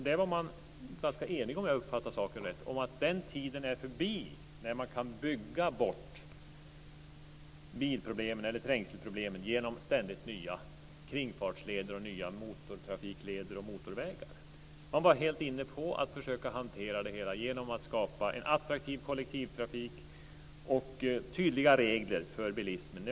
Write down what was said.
Där var man, om jag uppfattade saken rätt, ganska enig om att den tid är förbi då man kunde bygga bort bil eller trängselproblemen genom ständigt nya kringfartsleder, motortrafikleder och motorvägar. Man var helt inne på att försöka hantera det hela genom att skapa en attraktiv kollektivtrafik och tydliga regler för bilismen.